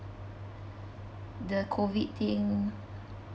the COVID thing